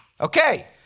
Okay